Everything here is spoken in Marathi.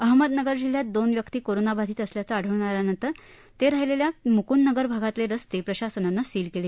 अहमदनगर जिल्ह्यात दोन व्यक्ती कोरोनाबाधित असल्याचे आढळून आल्यानंतर ते राहिले त्या मुकुंदनगर भागातले रस्ते प्रशासनाने सील केले